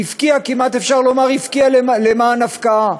היא הפקיעה, כמעט אפשר לומר, למען הפקעה.